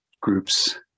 groups